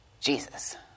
Jesus